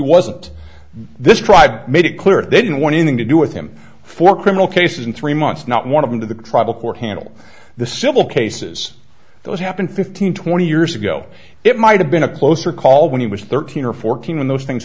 wasn't this tribe made it clear they didn't want anything to do with him for criminal cases in three months not one of them to the tribal court handle the civil cases those happened fifteen twenty years ago it might have been a closer call when he was thirteen or fourteen when those things